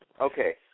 Okay